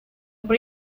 por